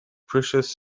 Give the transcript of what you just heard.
precious